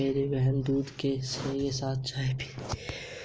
मेरी बहन दूध के साथ चाय नहीं पीती